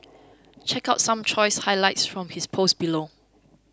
check out some choice highlights from his post below